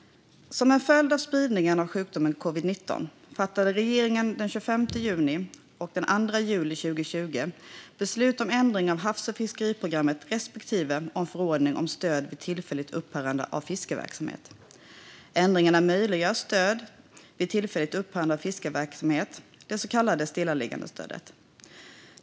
Som en följd av spridningen av sjukdomen covid-19 fattade regeringen den 25 juni och den 2 juli 2020 beslut om ändring av havs och fiskeriprogrammet respektive om förordning om stöd vid tillfälligt upphörande av fiskeverksamhet. Ändringarna möjliggör stöd vid tillfälligt upphörande av fiskeverksamhet, det så kallade stillaliggandestödet.